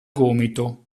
gomito